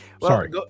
sorry